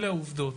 אלה העובדות.